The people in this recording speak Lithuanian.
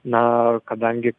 na kadangi